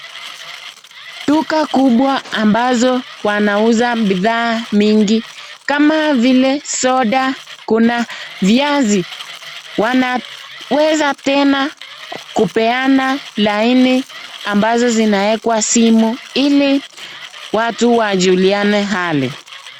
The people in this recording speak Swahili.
Duka kubwa ambazo wanauza bidhaa mingi kama vile soda, kuna viazi. Wanaweza tena kupeana laini ambazo zinawekwa simu ili watu wajuliane hali.